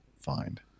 find